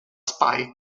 spike